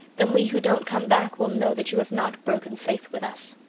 then we who don't come back will know that you have not broken faith with us.